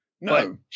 No